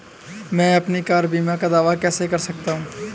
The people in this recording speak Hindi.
मैं अपनी कार बीमा का दावा कैसे कर सकता हूं?